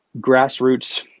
grassroots